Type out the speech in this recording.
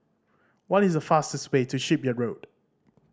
what is the fastest way to Shipyard Road